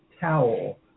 towel